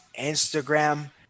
Instagram